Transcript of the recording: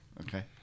Okay